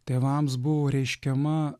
tėvams buvo reiškiama